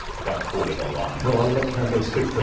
if i can call it a line. well i'll let candace speak for